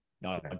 No